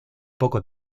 poco